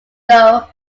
though